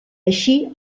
així